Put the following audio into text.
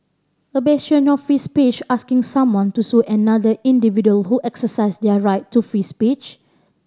a bastion of free speech asking someone to sue another individual who exercised their right to free speech